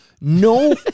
No